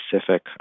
specific